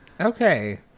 Okay